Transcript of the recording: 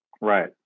Right